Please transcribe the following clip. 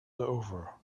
over